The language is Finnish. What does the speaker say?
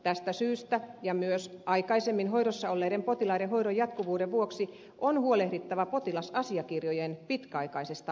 tästä syystä ja myös aikaisemmin hoidossa olleiden potilaiden hoidon jatkuvuuden vuoksi on huolehdittava potilasasiakirjojen pitkäaikaisesta arkistoinnista